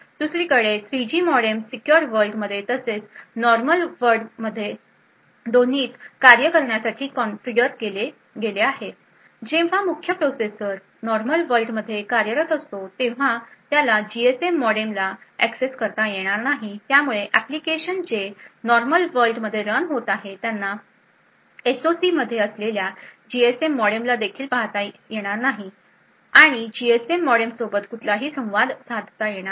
दुसरीकडे 3जी modem secure world मध्ये तसेच नॉर्मल वर्ल्ड मध्ये दोन्ही कार्य करण्यासाठी कॉन्फिगर केले गेले आहे जेव्हा मुख्य प्रोसेसर नॉर्मल वर्ल्ड मध्ये कार्यरत असतो तेव्हा त्याला जीएसएम मॉडेम ला एक्सेस करता येणार नाही त्यामुळे एप्लीकेशन जे नॉर्मल वर्ल्ड मध्ये रन होत आहे त्यांना एस ओ सी मध्ये असलेल्या जीएसएम मॉडेम ला पहाता देखील येऊ शकणार नाही होऊ शकणार नाही आणि जीएसएम मॉडेम सोबत कुठलाही संवाद साधता येणार नाही